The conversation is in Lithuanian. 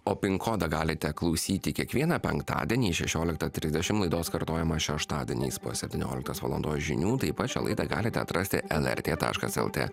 o pin kodą galite klausyti kiekvieną penktadienį šešioliktą trisdešimt laidos kartojimą šeštadieniais po septynioliktos valandos žinių tai pačią laidą galite atrasti lrt taškas lt